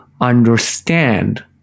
understand